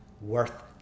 worth